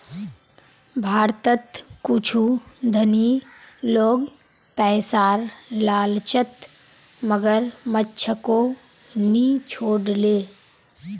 भारतत कुछू धनी लोग पैसार लालचत मगरमच्छको नि छोड ले